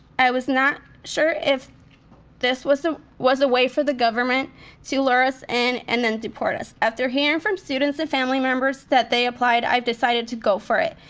i was not sure if this was so was a way for the government to lure us in and then deport us. after hearing from students and family members that they applied, i decided to go for it.